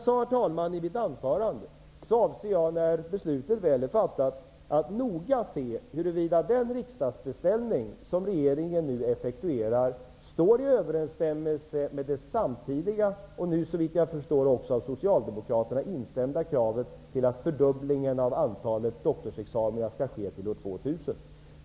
Som jag sade i mitt anförande avser jag när beslutet väl är fattat att noga studera huruvida den riksdagsbeställning som regeringen nu effektuerar står i överensstämmelse eller inte med det samtidiga och såvitt jag förstår nu också av socialdemokraterna instämda kravet att en fördubbling av antalet doktorsexamina skall ske till år 2000.